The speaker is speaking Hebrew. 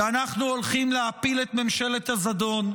כי אנחנו הולכים להפיל את ממשלת הזדון,